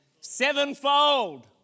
sevenfold